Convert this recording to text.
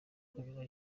kunywa